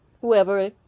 Whoever